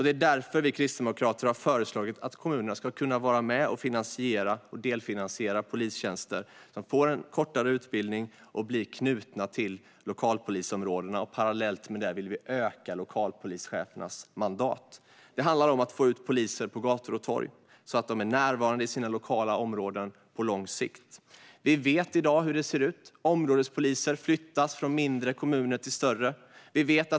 Det är därför som vi kristdemokrater har föreslagit att kommunerna ska kunna vara med och delfinansiera polistjänster. De poliserna får en kortare utbildning och blir knutna till lokalpolisområdena. Parallellt med detta vill vi öka lokalpolischefernas mandat. Det handlar om att få ut poliser på gator och torg, så att de är närvarande i sina lokala områden på lång sikt. Vi vet i dag hur det ser ut. Områdespoliser flyttas från mindre kommuner till större.